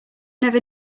never